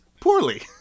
poorly